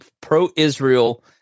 pro-Israel